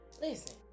Listen